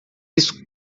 isso